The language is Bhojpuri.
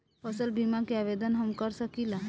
फसल बीमा के आवेदन हम कर सकिला?